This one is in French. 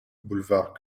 boulevard